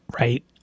Right